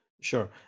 Sure